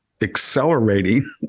accelerating